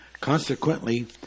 consequently